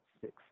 six